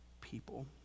people